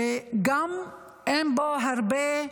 שגם אין בו הרבה,